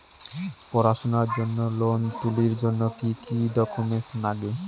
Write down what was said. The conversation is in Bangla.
পড়াশুনার জন্যে লোন তুলির জন্যে কি কি ডকুমেন্টস নাগে?